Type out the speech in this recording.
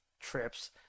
trips